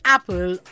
Apple